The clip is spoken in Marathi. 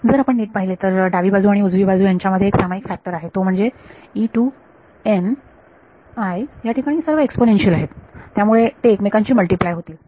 जर आपण नीट पाहिले तर डावी बाजू आणि उजवी बाजू यांच्यामध्ये एक सामायिक फॅक्टर आहे तो म्हणजे या ठिकाणी सर्व एक्सपोनेन्शियल आहेत त्यामुळे ते एकमेकांशी मल्टिप्लाय होतील